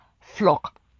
flock